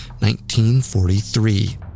1943